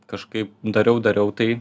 kažkaip dariau dariau tai